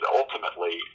ultimately